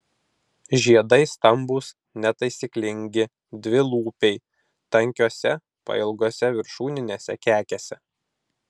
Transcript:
žiedai stambūs netaisyklingi dvilūpiai tankiose pailgose viršūninėse kekėse